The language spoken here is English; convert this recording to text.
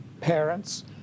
parents